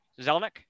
Zelnick